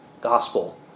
gospel